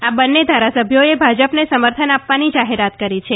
આ બન્ને ધારાસભ્યોએ ભાજ ને સમર્થન આ વાની જાહેરાત કરી છે